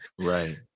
Right